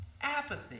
apathy